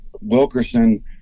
Wilkerson